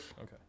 Okay